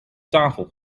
tafel